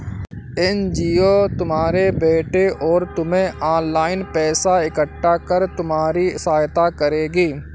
NGO तुम्हारे बेटे और तुम्हें ऑनलाइन पैसा इकट्ठा कर तुम्हारी सहायता करेगी